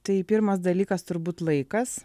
tai pirmas dalykas turbūt laikas